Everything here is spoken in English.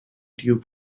duke